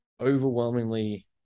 overwhelmingly